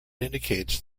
indicates